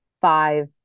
five